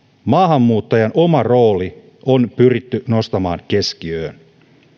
maahanmuuttajan oma rooli on pyritty nostamaan keskiöön